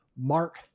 Mark